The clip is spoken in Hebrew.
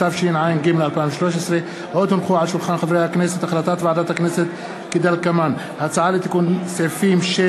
התשע"ג 2013. החלטת ועדת הכנסת כדלקמן: הצעה לתיקון סעיפים 6,